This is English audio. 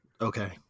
okay